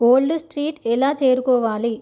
old street ఎలా చేరుకోవాలి